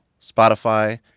Spotify